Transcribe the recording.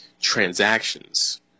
transactions